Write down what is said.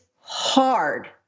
hard